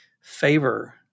favor